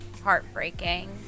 heartbreaking